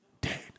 dead